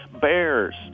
bears